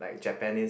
Japanese